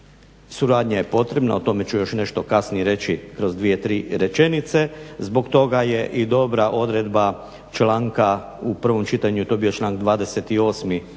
suradnja je potrebna, o tome ću još nešto kasnije reći kroz dvije, tri rečenice. Zbog toga je i dobra odredba članka u prvom čitanju je to bio članak 28.